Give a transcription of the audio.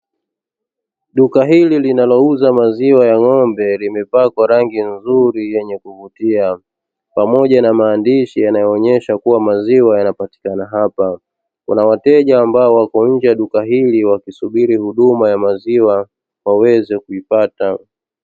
Duka hili linalouza maziwa ya ng'ombe limepakwa rangi nzuri yenye kuvutia pamoja na maandishi yanayo onyesha kua maziwa yanapatikana hapa. Kuna wateja ambao wapo nje ya duka wakisubiri huduma ya maziwa waweze kuipata